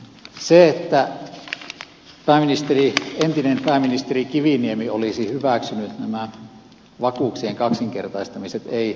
se että entinen pääministeri kiviniemi olisi hyväksynyt nämä vakuuksien kaksinkertaistamiset ei pidä paikkaansa